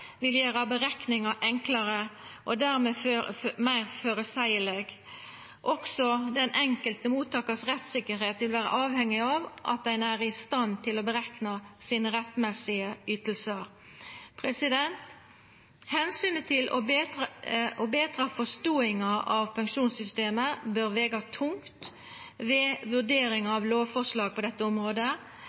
vil gjera berekninga enklare og dermed meir føreseieleg. Rettstryggleiken for den enkelte mottakaren vil også vera avhengig av at ein er i stand til å berekna sine rettmessige ytingar. Omsynet til å betra forståinga av pensjonssystemet bør vega tungt ved vurdering av lovforslag på dette området,